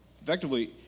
effectively